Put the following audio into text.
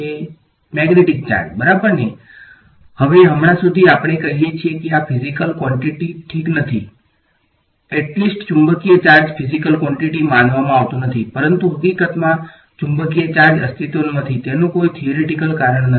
magnetic charge બરાબર ને હવે હમણાં સુધી આપણે કહીએ છીએ કે આ ફીઝીકલ ક્વોંટીટી ઠીક નથી એટલિસ્ટ ચુંબકીય ચાર્જ ફીઝીકલ ક્વોંટીટી માનવામાં આવતો નથી પરંતુ હકીકતમાં ચુંબકીય ચાર્જ અસ્તિત્વમાં નથી તેનું કોઈ થીયરીટીકલ કારણ નથી